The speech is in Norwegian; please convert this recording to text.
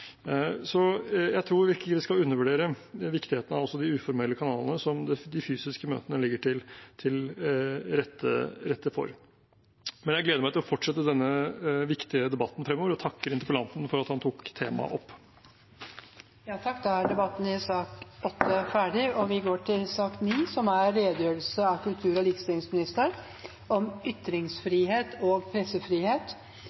Så jeg tror ikke vi skal undervurdere viktigheten av også de uformelle kanalene som de fysiske møtene legger til rette for. Jeg gleder meg til å fortsette denne viktige debatten fremover og takker interpellanten for at han tok opp temaet. Da er debatten i sak nr. 8 ferdig. Ytringsfrihet er både grunnlaget og målet for mediepolitikken. Ytringsfrihet er en fundamental individuell rettighet og